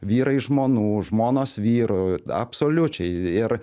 vyrai žmonų žmonos vyrų absoliučiai ir